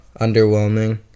underwhelming